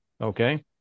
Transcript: Okay